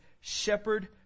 shepherd